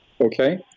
Okay